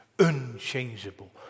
Unchangeable